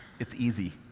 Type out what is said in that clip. it's easy!